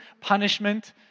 punishment